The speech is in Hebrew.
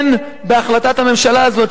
אין בהחלטת הממשלה הזו,